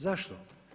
Zašto?